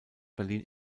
berlin